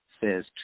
says